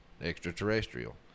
extraterrestrial